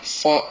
four